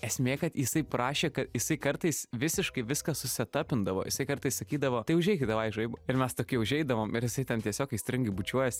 esmė kad jisai prašė jisai kartais visiškai viską susetapindavo jisai kartais sakydavo tai užeikit davai į žaibą ir mes tokie užeidavom ir jisai ten tiesiog aistringai bučiuojas